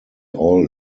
all